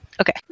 Okay